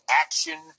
action